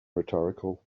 rhetorical